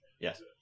Yes